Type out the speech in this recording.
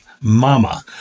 mama